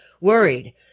worried